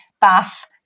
bath